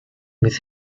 with